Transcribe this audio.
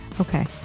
Okay